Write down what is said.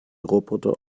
roboter